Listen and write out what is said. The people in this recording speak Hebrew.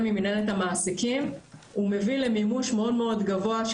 ממנהלת המעסיקים הוא מביא למימוש מאוד מאוד גבוה,